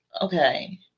Okay